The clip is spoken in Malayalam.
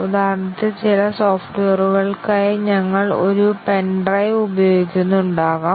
ഉദാഹരണത്തിന് ചില സോഫ്റ്റ്വെയറുകൾക്കായി ഞങ്ങൾ ഒരു പെൻ ഡ്രൈവ് ഉപയോഗിക്കുന്നുണ്ടാകാം